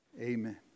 Amen